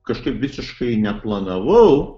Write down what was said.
kažkaip visiškai neplanavau